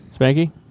Spanky